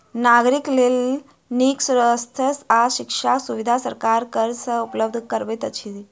नागरिक के लेल नीक स्वास्थ्य आ शिक्षाक सुविधा सरकार कर से उपलब्ध करबैत अछि